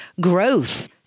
growth